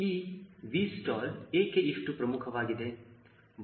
ಈ 𝑉stall ಏಕೆ ಇಷ್ಟು ಪ್ರಮುಖವಾಗಿದೆ